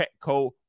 Petco